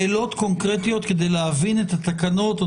כדי להבין את התקנות.